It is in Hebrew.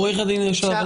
עו"ד אשל,